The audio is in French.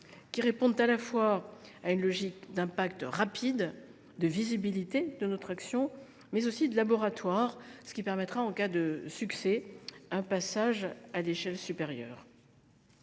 qui répondent à la fois à une logique d’impact rapide, de visibilité de notre action, mais aussi de laboratoire, ce qui permettra, en cas de succès, un passage à l’échelle supérieure.